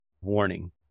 warning